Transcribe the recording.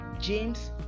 James